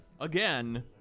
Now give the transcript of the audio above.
Again